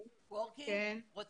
--- את